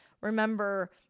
remember